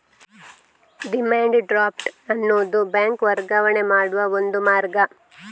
demand draft ಅನ್ನುದು bank ವರ್ಗಾವಣೆ ಮಾಡುವ ಒಂದು ಮಾರ್ಗ